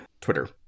Twitter